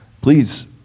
please